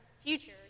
future